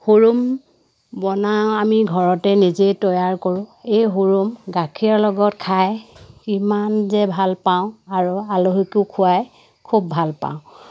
হুৰুম বনাওঁ আমি ঘৰতে নিজেই তৈয়াৰ কৰোঁ এই হুৰুম গাখীৰৰ লগত খাই ইমান যে ভালপাওঁ আৰু আলহীকো খোৱাই খুব ভালপাওঁ